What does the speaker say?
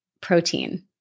protein